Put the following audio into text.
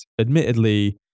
admittedly